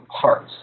parts